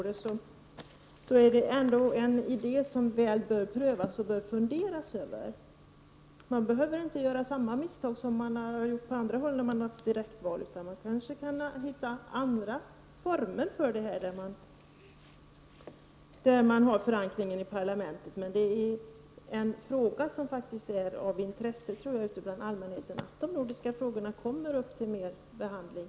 Det är ändå en idé som bör prövas och som man bör fundera kring. Vi behöver inte göra samma misstag som man har gjort på andra håll. Vi kan hitta andra former där man har förankring i parlamentet. Jag tror att allmänheten har intresse av att de nordiska frågorna kommer upp till behandling.